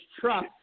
truck